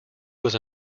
was